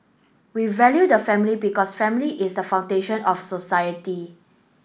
we value the family because family is the foundation of society